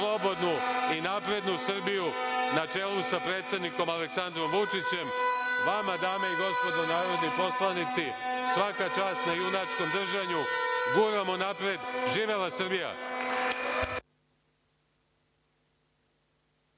i naprednu Srbiju na čelu sa predsednikom Aleksandrom Vučićem. Vama dame i gospodo narodni poslanici svaka čast na junačkom držanju, guramo napred. Živela Srbija.